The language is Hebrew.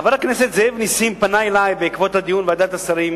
חבר הכנסת זאב נסים פנה אלי בעקבות הדיון בוועדת השרים